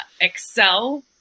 excel